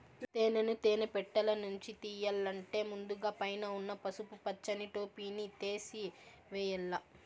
తేనెను తేనె పెట్టలనుంచి తియ్యల్లంటే ముందుగ పైన ఉన్న పసుపు పచ్చని టోపిని తేసివేయల్ల